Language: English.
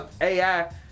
AI